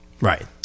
Right